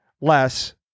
less